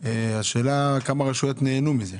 השאלה היא כמה רשויות נהנו מזה?